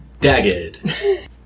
Dagged